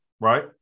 right